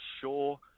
sure